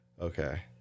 Okay